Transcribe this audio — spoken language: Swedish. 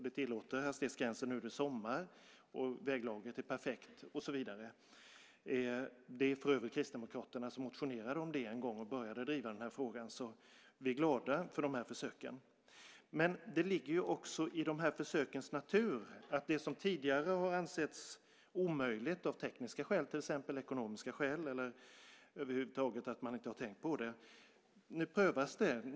Det tillåter hastighetsgränsen eftersom det är sommar och väglaget är perfekt. Det var för övrigt Kristdemokraterna som motionerade om det en gång och började driva den här frågan. Vi är glada för de här försöken. Men det ligger ju också i de här försökens natur att det som tidigare har ansetts omöjligt av tekniska skäl, ekonomiska skäl eller därför att man över huvud taget inte har tänkt på det nu prövas.